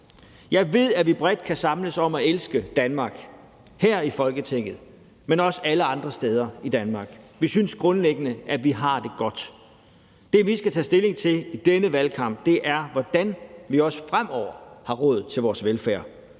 Jeg ved, at vi bredt kan samles om at elske Danmark. Det kan vi her i Folketinget, men også alle andre steder i Danmark. Vi synes grundlæggende, at vi har det godt. Det, vi skal tage stilling til i denne valgkamp, er, hvordan vi også fremover har råd til vores velfærd,